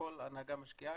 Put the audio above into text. וכל ההנהגה משקיעה,